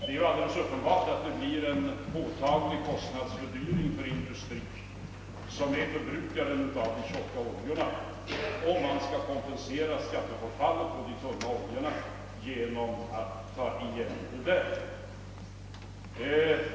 Det är alldeles uppenbart att det blir en påtaglig kostnadsfördyring för industrin, som är förbrukaren av de tjoc ka oljorna, om man skall kompensera skattebortfallet på de tunna oljorna genom att höja skatten på de tjocka oljorna.